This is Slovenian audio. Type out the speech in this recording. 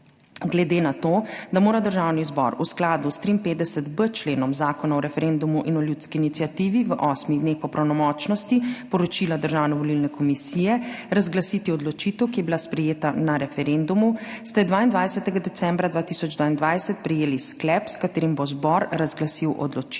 Glede na to, da mora Državni zbor v skladu s 53.b členom Zakona o referendumu in ljudski iniciativi v osmih dneh po pravnomočnosti poročila Državne volilne komisije razglasiti odločitev, ki je bila sprejeta na referendumu, ste 22. decembra 2022 prejeli sklep, s katerim bo zbor razglasil odločitev,